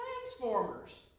transformers